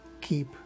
keep